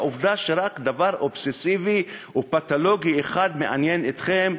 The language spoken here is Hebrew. לעובדה שרק דבר אובססיבי ופתולוגי אחד מעניין אתכם,